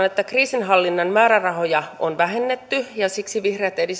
että kriisinhallinnan määrärahoja on vähennetty ja siksi vihreät